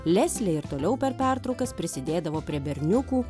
leslė ir toliau per pertraukas prisidėdavo prie berniukų